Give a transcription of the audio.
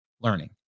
learning